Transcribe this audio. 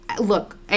Look